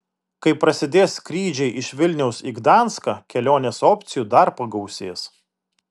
kai prasidės skrydžiai iš vilniaus iš gdanską kelionės opcijų dar pagausės